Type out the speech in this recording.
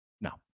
No